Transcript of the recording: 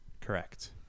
Correct